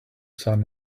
sun